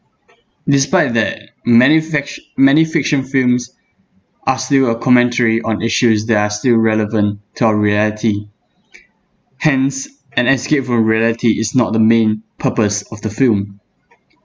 despite that many fic~ many fiction films are still a commentary on issues that are still relevant to our reality hence an escape for reality is not the main purpose of the film